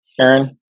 Aaron